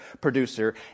producer